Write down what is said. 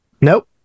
Nope